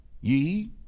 Ye